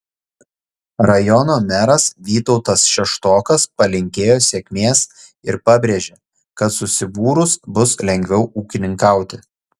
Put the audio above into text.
rajono meras vytautas šeštokas palinkėjo sėkmės ir pabrėžė kad susibūrus bus lengviau ūkininkauti